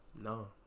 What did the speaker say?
No